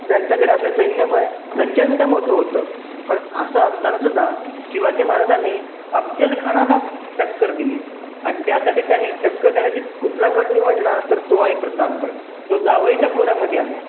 ज्यांच्याकडे असलेलं सैन्यबळ प्रचंड मोठं होतं पण असं असतानासुद्धा शिवाजी महाराजांनी अफजलखानाला टक्कर दिली आणि त्यासाठी त्यांनी टक्कर देण्यासा कुठला गड निवडला तर तो आहे प्रतापगड जो जावळीच्या खोऱ्यामध्ये आहे